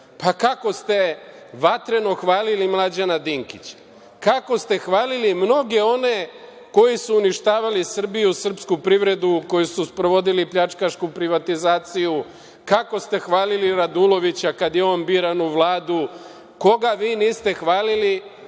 pa kako ste vatreno hvalili Mlađana Dinkića, kako ste hvalili mnoge one koji su uništavali Srbiju i srpsku privredu, u kojoj su sprovodili pljačkašku privatizaciju, kako ste hvalili Radulovića kada je on biran u Vladu. Koga vi niste hvalili,